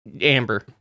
Amber